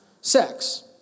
sex